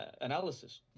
analysis